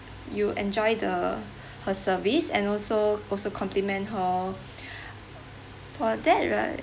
you enjoyed the her service and also also compliment her for that right